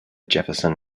jefferson